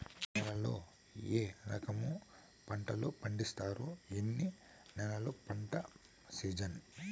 ఏ నేలల్లో ఏ రకము పంటలు పండిస్తారు, ఎన్ని నెలలు పంట సిజన్?